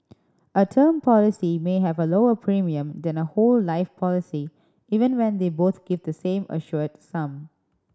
a term policy may have a lower premium than a whole life policy even when they both give the same assured sum